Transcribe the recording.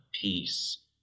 peace